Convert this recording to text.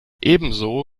ebenso